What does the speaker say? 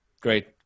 great